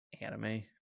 anime